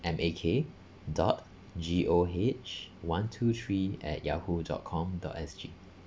M A K dot G O H one two three at yahoo dot com dot S G